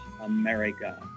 America